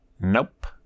Nope